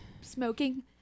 smoking